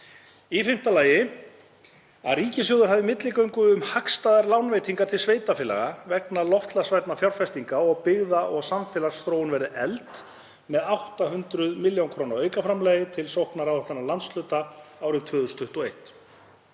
Í fimmta lagi að ríkissjóður hafi milligöngu um hagstæðar lánveitingar til sveitarfélaga vegna loftslagsvænna fjárfestinga og byggða- og samfélagsþróun verði efld með 800 millj. kr. aukaframlagi til sóknaráætlana landshluta árið 2021.